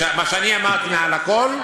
שמה שאני אמרתי זה מעל הכול,